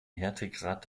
härtegrad